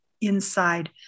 inside